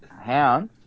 Hound